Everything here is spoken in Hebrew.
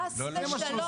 חס ושלום.